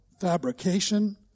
fabrication